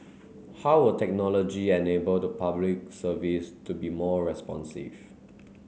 how will technology enable the Public Service to be more responsive